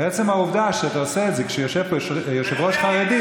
ועצם העובדה שאתה עושה את זה כשיושב פה יושב-ראש חרדי,